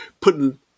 putting